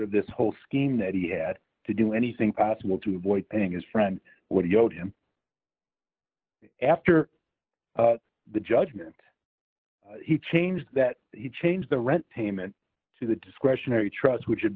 of this whole scheme that he had to do anything possible to avoid paying his friend what he owed him after the judgment he changed that he changed the rent payment to the discretionary trust which had